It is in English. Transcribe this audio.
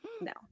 No